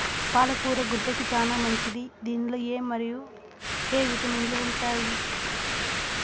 పాల కూర గుండెకు చానా మంచిది దీనిలో ఎ మరియు కే విటమిన్లు ఉంటాయి